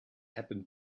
happened